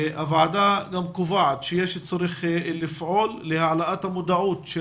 הוועדה גם קובעת שיש צורך לפעול להעלאת המודעות של